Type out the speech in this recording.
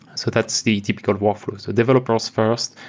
so that's the typical workflow. so developers first,